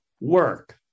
work